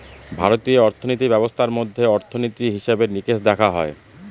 ভারতীয় অর্থিনীতি ব্যবস্থার মধ্যে অর্থনীতি, হিসেবে নিকেশ দেখা হয়